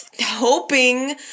hoping